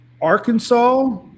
Arkansas